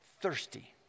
thirsty